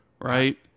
right